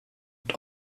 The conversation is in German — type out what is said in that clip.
und